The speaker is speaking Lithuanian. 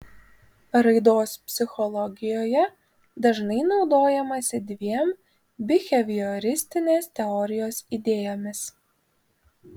raidos psichologijoje dažnai naudojamasi dviem bihevioristinės teorijos idėjomis